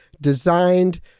designed